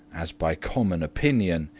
as by common opinion,